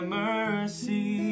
mercy